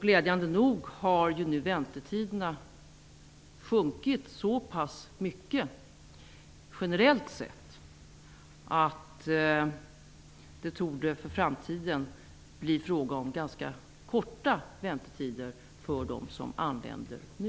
Glädjande nog har väntetiderna nu gått ner så pass mycket generellt sett, att det i framtiden torde bli fråga om ganska korta väntetider för dem som anländer nu.